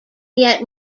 yet